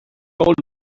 old